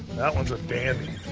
that one is a dandy.